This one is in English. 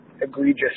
egregious